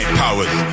powers